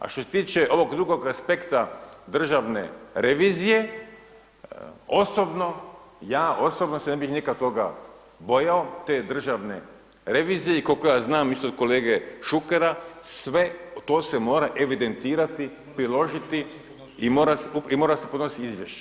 A što se tiče ovog drugog aspekta Državne revizije, osobno, ja osobno se ne bi nikad toga bojao te Državne revizije i koliko ja znam isto od kolege Šukera, sve to se mora evidentirati, priložiti i mora se podnositi izvješće.